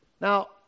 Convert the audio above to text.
Now